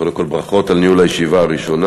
קודם כול, ברכות על ניהול הישיבה הראשונה.